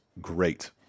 great